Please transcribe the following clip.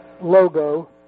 logo